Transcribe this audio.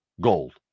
Gold